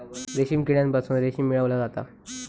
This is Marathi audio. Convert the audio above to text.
रेशीम किड्यांपासून रेशीम मिळवला जाता